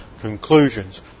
conclusions